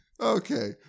Okay